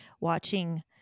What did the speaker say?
watching